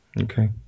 Okay